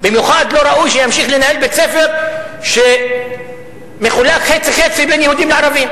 ובמיוחד לא ראוי שימשיך לנהל בית-ספר שמחולק חצי-חצי בין יהודים וערבים.